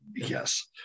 Yes